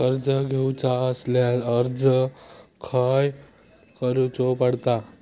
कर्ज घेऊचा असल्यास अर्ज खाय करूचो पडता?